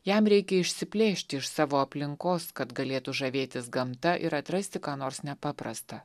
jam reikia išsiplėšti iš savo aplinkos kad galėtų žavėtis gamta ir atrasti ką nors nepaprastą